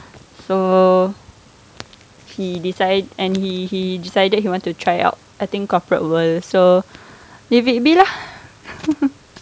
so he decide and he he decided he wanted to try out I think corporate world so leave it be lah